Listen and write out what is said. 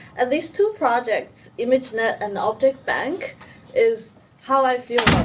and these two projects, imagenet and objectbank is how i feel